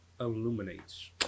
illuminates